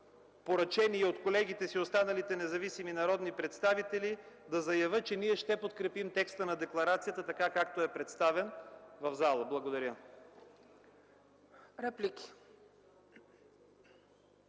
поръчение от колегите си – останалите независими народни представители, да заявя, че ние ще подкрепим текста на декларацията така, както е представен в залата. Благодаря.